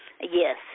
Yes